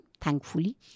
thankfully